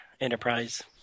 Enterprise